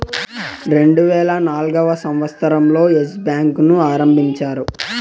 రెండువేల నాల్గవ సంవచ్చరం లో ఎస్ బ్యాంకు ను ఆరంభించారు